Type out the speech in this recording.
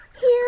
Here